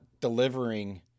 delivering